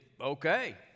okay